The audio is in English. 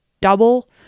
double